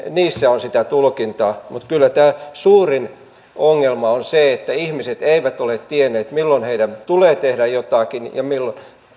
niissä on sitä tulkintaa mutta kyllä suurin ongelma on se että ihmiset eivät ole tienneet milloin heidän tulee tehdä jotakin ja milloin